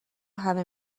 همه